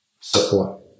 support